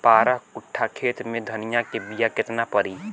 बारह कट्ठाखेत में धनिया के बीया केतना परी?